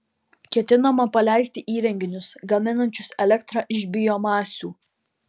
ketinama paleisti įrenginius gaminančius elektrą iš biomasių